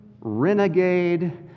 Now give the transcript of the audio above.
renegade